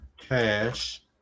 cash